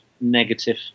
negative